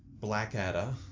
Blackadder